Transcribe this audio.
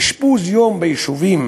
אשפוז-יום ביישובים